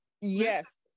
Yes